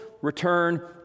return